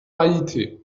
haiti